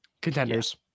Contenders